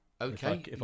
Okay